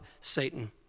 Satan